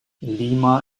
lima